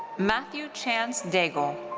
matthew chance daigle.